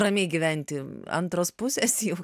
ramiai gyventi antros pusės jau